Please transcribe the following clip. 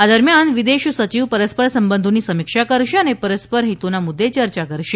આ દરમ્યાન વિદેશ સચિવ પરસ્પર સંબધોની સમીક્ષા કરશે અને પરસ્પર હિતોના મુદ્દે ચર્ચા કરશે